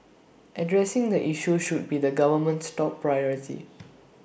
addressing the issue should be the government's top priority